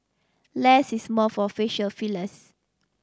less is more for facial fillers